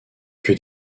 que